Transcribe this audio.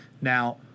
Now